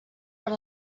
per